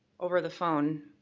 over the phone.